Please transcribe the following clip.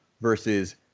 versus